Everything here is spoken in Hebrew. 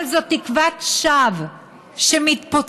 אבל זאת תקוות שווא שמתפוצצת